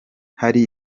hari